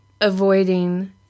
avoiding